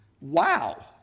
Wow